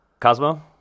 Cosmo